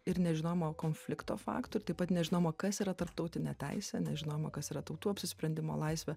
ir nežinojimo konflikto faktų ir taip pat nežinoma kas yra tarptautinė teisė nežinoma kas yra tautų apsisprendimo laisvė